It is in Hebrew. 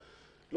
למשל,